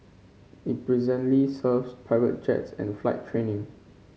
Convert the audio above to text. it presently serves private jets and flight training